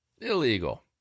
Illegal